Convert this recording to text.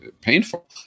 painful